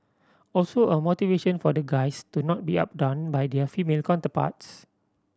also a motivation for the guys to not be outdone by their female counterparts